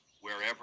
wherever